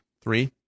Three